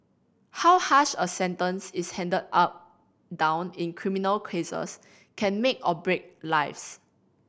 how harsh a sentence is handed down in criminal cases can make or break lives